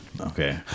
Okay